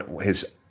his-